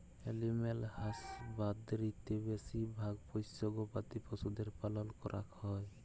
animal হাসবাদরীতে বেশি ভাগ পষ্য গবাদি পশুদের পালল ক্যরাক হ্যয়